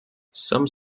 some